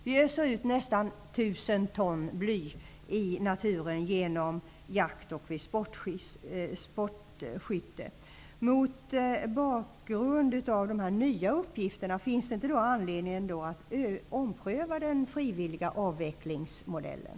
Vi öser ut nästan 1000 ton bly i naturen genom jakt och sportskytte. Finns det mot bakgrund av dessa nya uppgifter inte anledning att ompröva den frivilliga avvecklingsmodellen?